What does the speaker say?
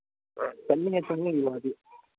ꯆꯟꯅꯤꯅꯦ ꯆꯟꯕꯒꯤ ꯋꯥꯗꯤ